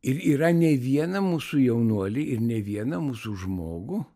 ir yra ne vieną mūsų jaunuolį ir ne vieną mūsų žmogų